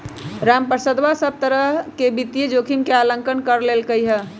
रामप्रसादवा सब प्तरह के वित्तीय जोखिम के आंकलन कर लेल कई है